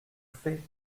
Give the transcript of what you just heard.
fait